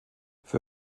für